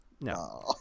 No